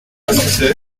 place